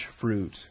fruit